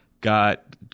Got